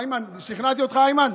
איימן, שכנעתי אותך, איימן?